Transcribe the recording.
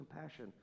compassion